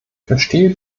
verstehe